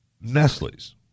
Nestle's